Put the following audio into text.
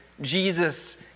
Jesus